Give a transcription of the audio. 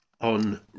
on